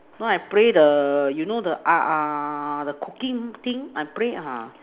no I play the you know the uh uh the cooking thing I play ah